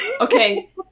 okay